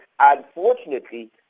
unfortunately